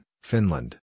Finland